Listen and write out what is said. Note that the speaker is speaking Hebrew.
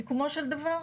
לסיכומו של דבר,